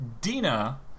Dina